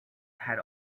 had